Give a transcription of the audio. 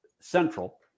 central